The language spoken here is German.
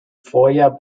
vorjahr